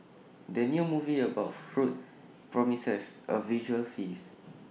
the new movie about food promises A visual feast